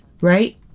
right